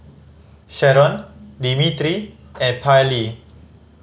Sheron Dimitri and Pairlee